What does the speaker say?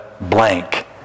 blank